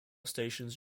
stations